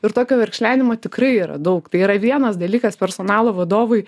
ir tokio verkšlenimo tikrai yra daug tai yra vienas dalykas personalo vadovui